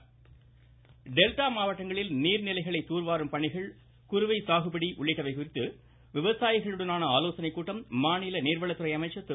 Duraimurugan delta மாவட்டங்களில் நீர்நிலைகளை தூர்வாரும் பணிகள் குறுவை சாகுபடி உள்ளிட்டவைகள் குறித்து விவசாயிகளுடனான ஆலோசனைக்கூட்டம் மாநில நீர்வளத்துறை அமைச்சர் திரு